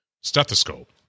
stethoscope